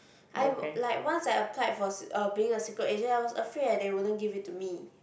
I w~ like once I applied for s~ uh being a secret agent I was afraid that they wouldn't give it to me